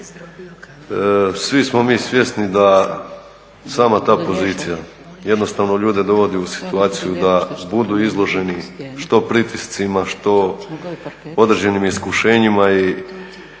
svi smo mi svjesni da sama ta pozicija jednostavno ljude dovodi u situaciju da budu izloženi što pritiscima, što određenim iskušenjima